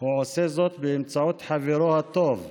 הוא עושה זאת באמצעות חברו הטוב טראמפ,